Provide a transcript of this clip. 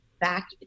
back